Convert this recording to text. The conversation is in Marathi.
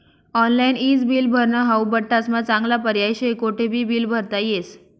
ऑनलाईन ईज बिल भरनं हाऊ बठ्ठास्मा चांगला पर्याय शे, कोठेबी बील भरता येस